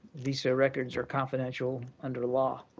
visa records are confidential under law.